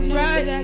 right